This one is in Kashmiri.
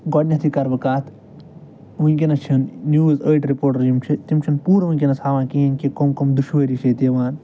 گۄڈٕنٮ۪تھٕے کَرٕ بہٕ کَتھ وٕنۍکٮ۪نَس چھِنہٕ نِوٕز أڑۍ رِپوٹَر یِم چھِ تِم چھِنہٕ پوٗرٕ وٕنۍکٮ۪نَس ہاوان کِہیٖنۍ کہِ کَم کَم دُشوٲری چھِ ییٚتہِ یِوان